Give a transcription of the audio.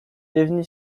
devenue